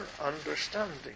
understanding